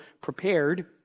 prepared